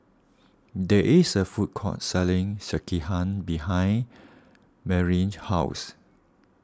there is a food court selling Sekihan behind Marlyn's house